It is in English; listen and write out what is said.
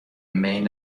main